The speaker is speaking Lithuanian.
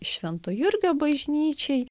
švento jurgio bažnyčiai